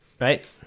right